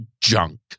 junk